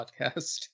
podcast